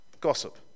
Gossip